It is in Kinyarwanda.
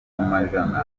amajana